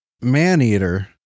Maneater